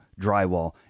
drywall